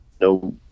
no